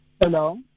Hello